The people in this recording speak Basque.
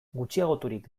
gutxiagoturik